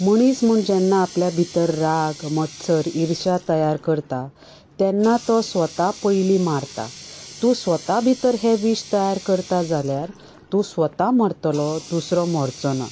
मनीस म्हूण जेन्ना आपले भितर राग मत्सर ईर्शा तयार करता तेन्ना तो स्वता पयली मरता तूं स्वता भितर हें वीश तयार करता जाल्यार तूं स्वता मरतलो दुसरो मरचो ना